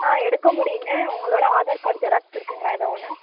ஆ எடுக்க முடியுங்க உங்களோடய ஆதார் கார்டு ஜெராக்ஸு இருக்குதுங்களா எதோ ஒன்று